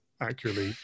accurately